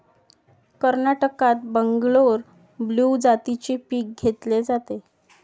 कर्नाटकात बंगलोर ब्लू जातीचे पीक घेतले जाते